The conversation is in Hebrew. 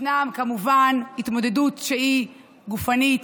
ישנה כמובן התמודדות שהיא גופנית.